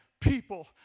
People